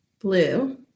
blue